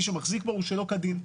שמחזיק בו מישהו שלא כדין.